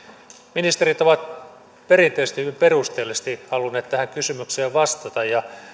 ministerit ovat perinteisesti hyvin perusteellisesti halunneet tähän kysymykseen vastata ja